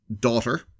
daughter